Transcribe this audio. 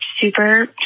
super